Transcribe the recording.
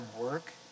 work